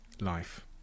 life